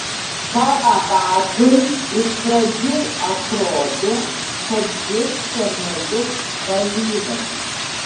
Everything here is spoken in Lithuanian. karavadžui iš pradžių atrodė kad jis pernelyg valyvas